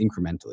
incrementally